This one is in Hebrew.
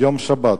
ביום שבת,